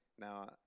now